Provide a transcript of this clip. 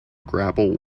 grapple